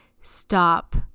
stop